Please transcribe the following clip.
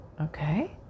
Okay